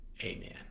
Amen